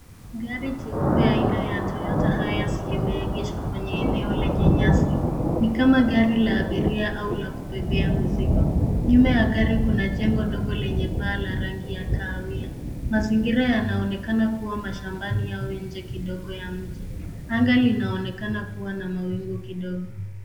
Gari Jeupe aina ya Toyota hearse limehegeshwa kwenye eneo lenye nyasi ni kama gari la abiria au la kubebea mizigo .Nyuma ya gari kuna jengo dogo lenye paa ya rangi ya kahawia ,mazingira yanaonekana kuwa mashambani au nje kidogo ya mji. Anga lionaonekana kuwa na mawingu kidogo.